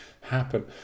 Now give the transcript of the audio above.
happen